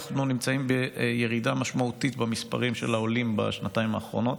אנחנו נמצאים בירידה משמעותית במספרים של העולים בשנתיים האחרונות,